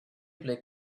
play